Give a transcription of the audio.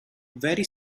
very